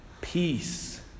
Peace